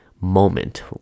moment